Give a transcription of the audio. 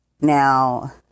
Now